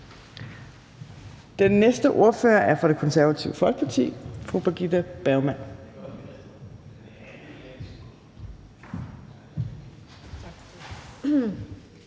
Den næste ordfører er fra Det Konservative Folkeparti, og det er fru Birgitte Bergman.